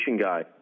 guy